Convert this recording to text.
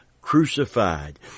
crucified